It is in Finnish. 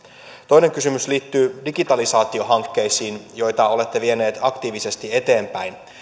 toinen kysymys liittyy digitalisaatiohankkeisiin joita olette vieneet aktiivisesti eteenpäin